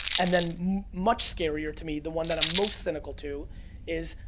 and, then, much scarier to me, the one that i'm most cynical to is,